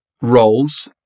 roles